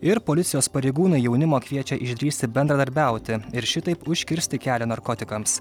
ir policijos pareigūnai jaunimo kviečia išdrįsti bendradarbiauti ir šitaip užkirsti kelią narkotikams